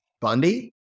Bundy